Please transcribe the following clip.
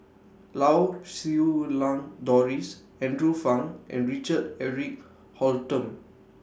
Lau Siew Lang Doris Andrew Phang and Richard Eric Holttum